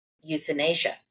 euthanasia